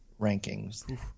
rankings